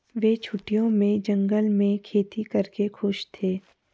वे छुट्टियों में जंगल में खेती करके खुश थे